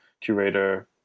curator